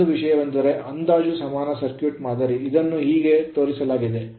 ಮತ್ತೊಂದು ವಿಷಯವೆಂದರೆ ಅಂದಾಜು ಸಮಾನ ಸರ್ಕ್ಯೂಟ್ ಮಾದರಿ ಇದನ್ನು ಹೀಗೆ ತೋರಿಸಲಾಗಿದೆ